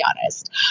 honest